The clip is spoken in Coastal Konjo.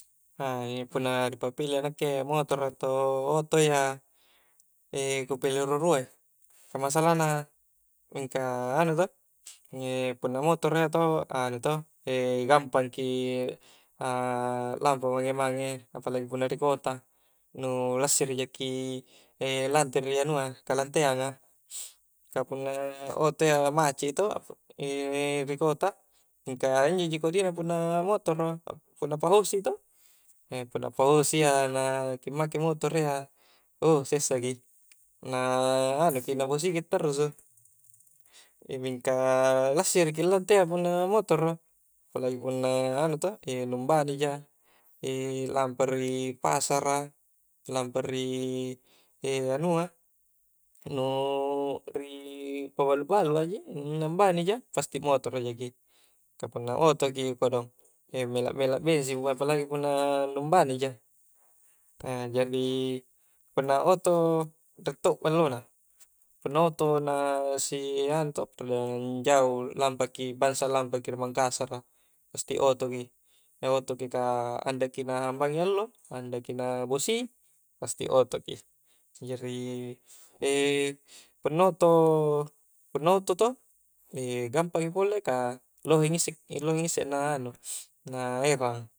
punna ri papile a nakke motoro atau oto iya ku pile rua-ruai ka masalah na mingka anu to punna motoro anu to gampang ki lampa mange-mange apalagi punna ri kota nu lassiri jaki lante ri anua kalanteanga ka punna oto iya macet i to ri kota mingka injo ji kodi na punna motoro punna pahosi i to punna pahosi iya na ki make motoro iya ou sessaki na anuki na bosi ki tarrusu mingka lassiriki ante iya punna motoro apalagi punna anu to nu ambani ja lampa ri pasara lampa ri anua nu ri pabau-balu a ji nu nambani ja pasti akmotor jakii ka punna otoki okkodong melak-melak bensing ma apalagi punna nu ambani ja jari punna a oto riek to ballo na punna oto na si anu to perjalanan jauh lampaki bangsa lampaki ri mangkasara pasti a oto ki otoki ka andaki na hambangi allo andaki na bosi pasti otoki jari punna oto punna oto to gampangi pole ka lohe ngisse-lohe ngisse na anu na erang